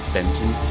Benton